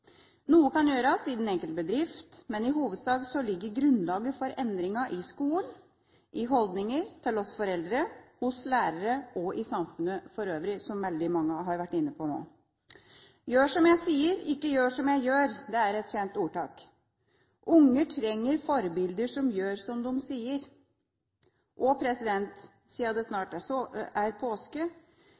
Noe kan gjøres i den enkelte bedrift, men i hovedsak ligger grunnlaget for endringene i skolen, i holdningene hos oss foreldre, hos lærerne og i samfunnet for øvrig, som veldig mange nå har vært inne på. Gjør som jeg sier, ikke gjør som jeg gjør, er et kjent ordtak. Unger trenger forbilder som gjør som de sier! Siden det snart er påske, føler jeg at det er